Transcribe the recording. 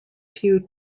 few